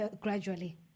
gradually